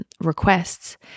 requests